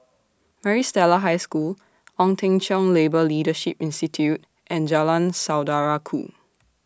Maris Stella High School Ong Teng Cheong Labour Leadership Institute and Jalan Saudara Ku